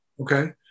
Okay